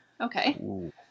okay